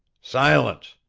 silence!